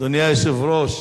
אדוני היושב-ראש,